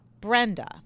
Brenda